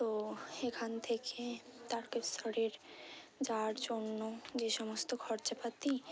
তো এখান থেকে তারকেশ্বরের যাওয়ার জন্য যে সমস্ত খরচাপাতি